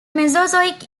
mesozoic